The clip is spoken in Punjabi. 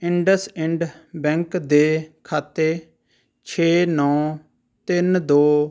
ਇੰਡਸਇੰਡ ਬੈਂਕ ਦੇ ਖਾਤੇ ਛੇ ਨੌਂ ਤਿੰਨ ਦੋ